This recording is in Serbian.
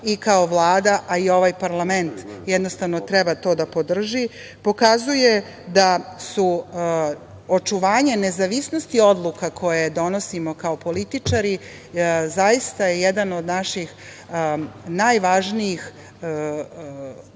i kao Vlada, a i ovaj parlament, jednostavno, treba to da podrži, pokazuje da su očuvanje nezavisnosti odluka koje donosimo kao političari zaista jedan od naših najvažnijih ciljeva